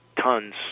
tons